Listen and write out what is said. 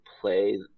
play